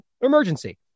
emergency